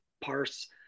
parse